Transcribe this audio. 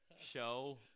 show